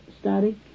study